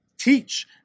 Teach